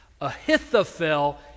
ahithophel